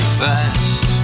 fast